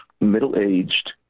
middle-aged